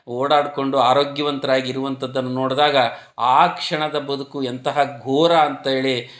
ಓಡಾಡಿಕೊಂಡು ಆರೋಗ್ಯವಂತರಾಗಿ ಇರುವಂಥದನ್ನು ನೋಡಿದಾಗ ಆ ಕ್ಷಣದ ಬದುಕು ಎಂತಹ ಘೋರ ಅಂತ ಹೇಳಿ